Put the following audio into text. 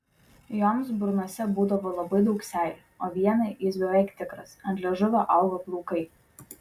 joms burnose būdavo labai daug seilių o vienai jis beveik tikras ant liežuvio augo plaukai